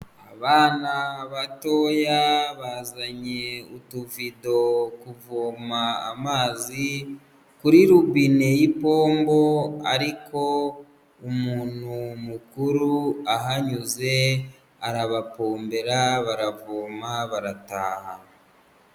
Abana batoya bazanye utuvido kuvoma amazi kuri rubine y'ipombo ariko umuntu mukuru ahanyuze arabapombera baravoma barataha.